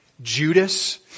Judas